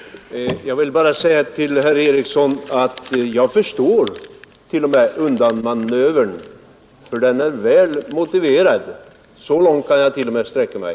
Herr talman! Jag vill bara säga till herr Eriksson i Arvika att jag förstår undanmanövern, för den är välmotiverad — så långt kan jag t.o.m. sträcka mig.